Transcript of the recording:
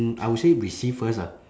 mm I will say receive first ah